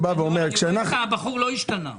הבחור לא השתנה.